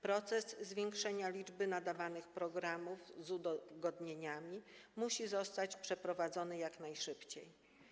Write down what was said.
Proces zwiększenia liczby nadawanych programów z udogodnieniami musi zostać przeprowadzony jak najszybciej.